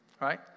right